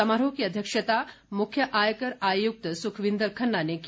समारोह की अध्यक्षता मुख्य आयकर आयुक्त सुखविन्द्र खन्ना ने की